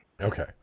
Okay